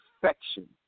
perfection